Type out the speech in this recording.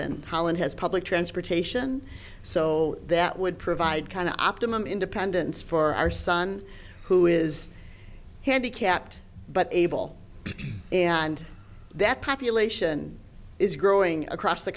in holland has public transportation so that would provide kind of optimum independence for our son who is handicapped but able and that population is growing across the